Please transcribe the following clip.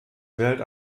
wählt